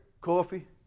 Coffee